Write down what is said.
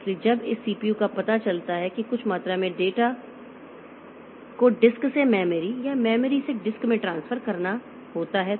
इसलिए जब इस CPU को पता चलता है कि कुछ मात्रा में डेटा को डिस्क से मेमोरी या मेमोरी से डिस्क में ट्रांसफर करना होता है